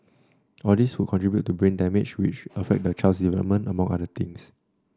all these would contribute to brain damage which then affect the child's development among other things